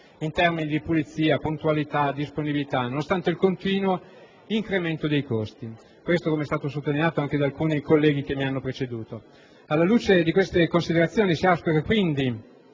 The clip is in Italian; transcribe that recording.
in termini di pulizia, puntualità e disponibilità, nonostante il continuo incremento dei costi. Questo fatto è stato sottolineato anche da alcuni colleghi che mi hanno preceduto. Alla luce di tali considerazioni si auspica, quindi,